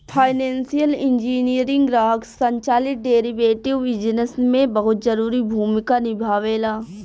financial engineering ग्राहक संचालित derivative business में बहुत जरूरी भूमिका निभावेला